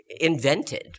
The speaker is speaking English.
invented